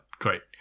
great